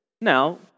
Now